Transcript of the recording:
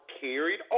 carried